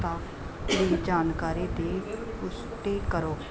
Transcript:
ਦਾ ਦੀ ਜਾਣਕਾਰੀ ਦੀ ਪੁਸ਼ਟੀ ਕਰੋ